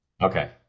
Okay